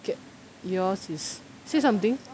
oka~ yours is say something